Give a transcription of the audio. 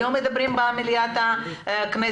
היום מדברים על זה במליאת הכנסת,